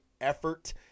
effort